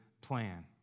plan